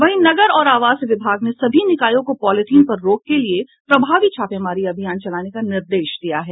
वहीं नगर और आवास विभाग ने सभी निकायों को पॉलीथिन पर रोक के लिए प्रभावी छापेमारी अभियान चलाने का निर्देश दिया है